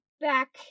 back